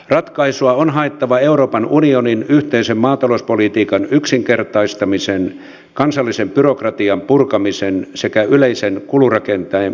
ratkaisua on haettava euroopan unionin yhteisen maatalouspolitiikan yksinkertaistamisen kansallisen byrokratian purkamisen sekä yleisen kulurakenteen pienentämisen kautta